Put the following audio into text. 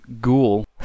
ghoul